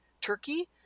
Turkey